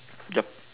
yup